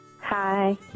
Hi